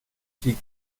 sie